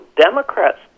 Democrats